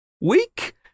week